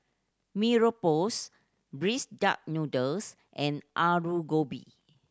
Mee Rebus braised duck noodles and Aloo Gobi